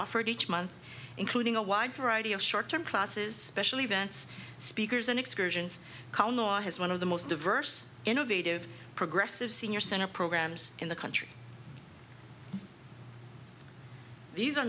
offered each month including a wide variety of short term classes events speakers and excursions connaught has one of the most diverse innovative progressive senior center programs in the country these are